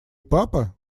папа